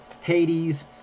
Hades